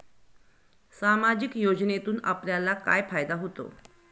सामाजिक योजनेतून आपल्याला काय फायदा होतो?